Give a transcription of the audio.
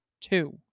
two